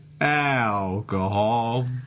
Alcohol